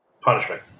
punishment